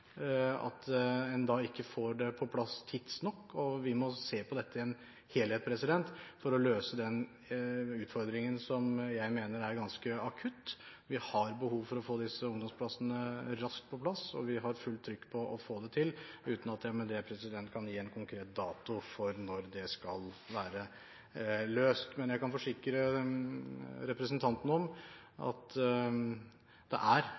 at en da ikke får det på plass tidsnok. Vi må se på dette i en helhet for å løse den utfordringen som jeg mener er ganske akutt. Vi har behov for å få disse ungdomsplassene raskt på plass. Vi har fullt trykk på å få det til, uten at jeg med det kan gi en konkret dato for når det skal være løst. Men jeg kan forsikre representanten om at det er